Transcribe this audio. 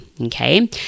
Okay